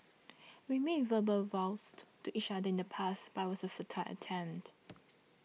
we made verbal vows to each other in the past but it was a futile attempt